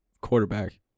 quarterback